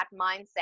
mindset